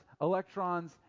electrons